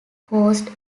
caused